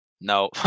No